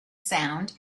sound